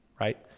right